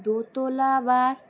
দোতলা বাস